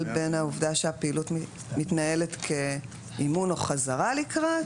בין העובדה שהפעילות מתקיימת כאימון או חזרה לקראת